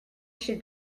should